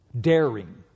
daring